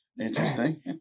interesting